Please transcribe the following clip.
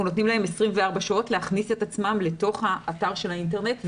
אנחנו נותנים להם 24 שעות להכניס את עצמם אל תוך אתר האינטרנט,